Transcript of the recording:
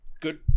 good